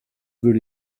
veux